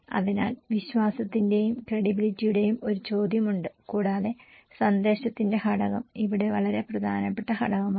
അതിനാൽ വിശ്വാസത്തിന്റെയും ക്രെഡിബിലിറ്റിയുടെയും ഒരു ചോദ്യമുണ്ട് കൂടാതെ സന്ദേശത്തിന്റെ ഘടകം ഇവിടെ വളരെ പ്രധാനപ്പെട്ട ഘടകമാണ്